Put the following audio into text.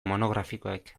monografikoek